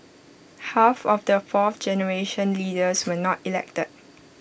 half of their fourth generation leaders were not elected